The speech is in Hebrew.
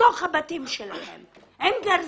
בתוך הבתים שלהם, עם גרזנים,